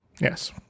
Yes